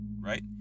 right